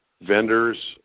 vendors